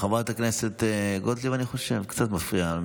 חברת הכנסת גוטליב, אני חושב, זה קצת מפריע.